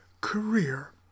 career